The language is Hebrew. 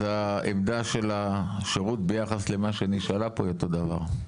אז העמדה של השירות ביחס למה שנשאלה פה היא אותו דבר?